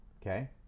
Okay